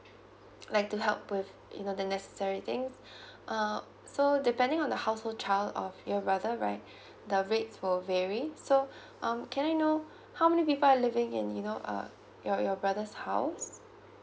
like to help with you know the necessary things uh so depending on the household child or your brother right the rates will vary so um can I know how many people are living in you know uh your your brother's house